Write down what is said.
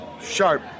sharp